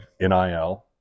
nil